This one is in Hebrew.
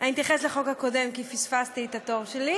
אני אתייחס לחוק הקודם, כי פספסתי את התור שלי.